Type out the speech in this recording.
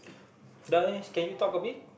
eh can you talk a bit